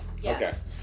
Yes